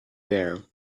there